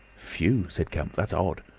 phew! said kemp. that's odd!